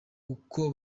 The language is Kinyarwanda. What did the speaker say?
uko